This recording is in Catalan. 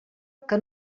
que